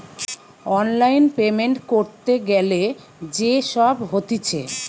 online payment ক্যরতে গ্যালে যে সব হতিছে